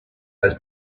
those